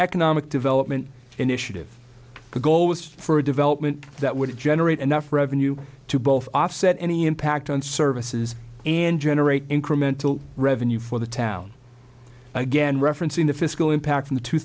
economic development initiative the goal was for a development that would generate enough revenue to both offset any impact on services and generate incremental revenue for the town again referencing the fiscal impact from the two